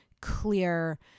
clear